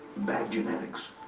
bad genetics.